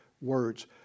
words